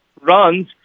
runs